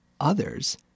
others –